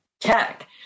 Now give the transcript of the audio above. tech